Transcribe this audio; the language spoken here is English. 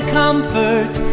comfort